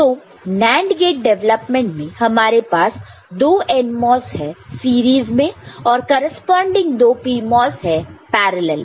तो NAND gate डेवलपमेंटमें हमारे पास दो NMOS है सीरीज में और करेस्पॉन्डिंग दो PMOS है पैरेलल में